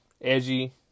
Edgy